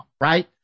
right